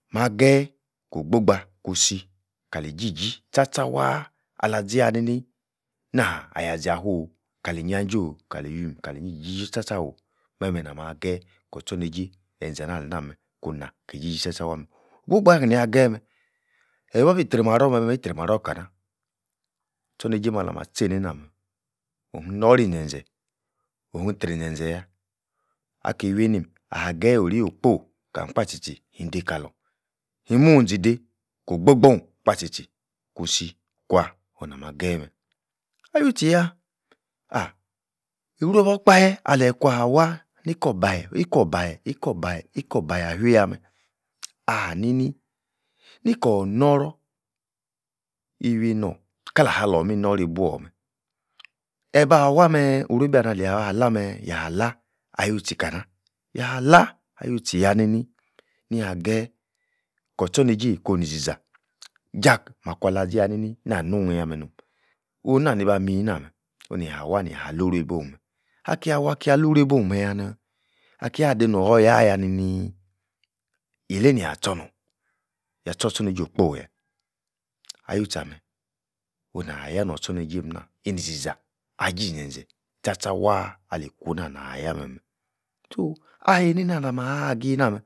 Mah geyi ko'h gbogbah ku-si, kali-ji-ji tcha-tcha waaah ala-zi yah-nini nah, ayah-zia fuo'h kali injia-jo'h, kali iwuim, kali-iji-ji tcha-tcha oo'h, meh-meh nah-mah geyi kor-tchorneijei enzana alina-meh kun nah ki-ji-ji tcha-tcha waaah-meh. o'h-gbogba nia geyi meh, ebuabi-tri-marror meh-meh yitri-marror kana? or-tchor neyeim alama-tchei-nei-nah-meh. ohn-nori-zen-zen, ohn-trizen-zen yah, aki-iwein-im ageyi ori-okpo, kam-kpah tchi-tchi hin-dei kalorn, hin-munzi-dei ko-gbogbonh, kpah-tchi-cthi kun-si kwa, onu-nan-mah geyi meh, Ah-you-tchi yah, ah-owureibor-okpahe ale-kwa-wah ni-kor-bahe, ikor-bahe, ikor-babe, ikor-bahe ah-fii-yah meh, ah-nanii, nikor-noror iweinor kalasa lor-meh inor-ribuor-meh ebah-waaah-meeeh owureibah ani-alia-lameeeh, yah-lah-ah-you-tchi kana? yah-ha-lah ah-youtchi yah ninii nia-geyi kor-tchorneijei kun-nizi-za jah-makwa-lah-zi-yah nini na-nun yahmeh nor'm, ohna-niba mi-nah-meh, nia-wah nia-luwureibor'h-meh, akia-wah, akia-luwureibor'h meeeh-yah-nah akia-dei nor-yor-yro ayah ninii ilei nia tchoronornh? yah tchor-tchor neijei okpo-yah ah-you-tcha-ah-meh, ona'h nor-tchor neijei nah inizi-za ah-ji mi-zen-zen tcha-tcha waaah ali-kuna nah-yah meh-meh so aheineina nah-mah hagi-ina-meh